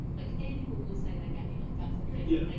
like gay people will say they're gay, like that's a thing yeah like